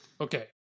Okay